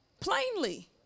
plainly